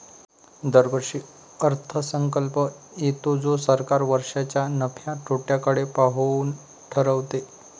दरवर्षी अर्थसंकल्प येतो जो सरकार वर्षाच्या नफ्या तोट्याकडे पाहून ठरवते